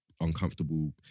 uncomfortable